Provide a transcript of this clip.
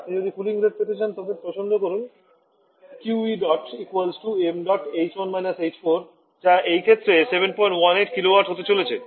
আপনি যদি cooling rate পেতে চান তবে পছন্দ করুন যা এই ক্ষেত্রে 718 কিলোওয়াট হতে চলেছে